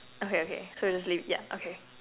okay okay so we just leave yeah okay